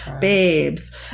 Babes